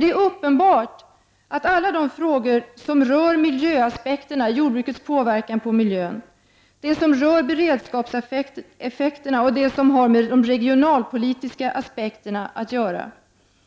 Det är uppenbart att alla aspekter på jordbrukets påverkan på miljön, beredskapsfrågor och regionala politiska synpunkter